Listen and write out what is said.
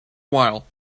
while